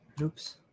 Oops